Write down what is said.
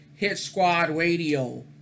HitsquadRadio